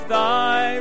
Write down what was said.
thy